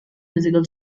physical